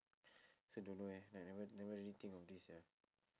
also don't know eh I never never really think of this sia